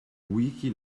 wiki